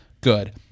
good